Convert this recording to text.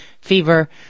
fever